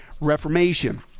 Reformation